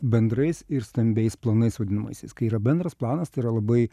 bendrais ir stambiais planais vadinamaisiais kai yra bendras planas tai yra labai